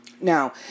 Now